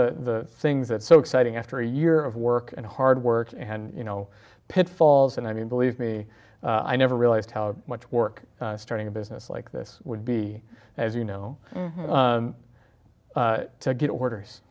the things that's so exciting after a year of work and hard work and you know pitfalls and i mean believe me i never realized how much work starting a business like this would be as you know to get or